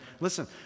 listen